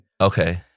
Okay